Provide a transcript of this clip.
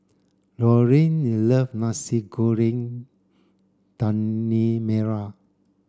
Laureen love Nasi Goreng Daging Merah